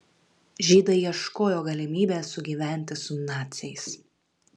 žydai ieškojo galimybės sugyventi su naciais